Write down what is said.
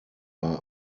war